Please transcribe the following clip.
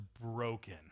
broken